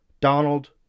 Donald